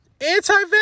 anti-vax